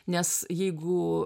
nes jeigu